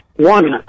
One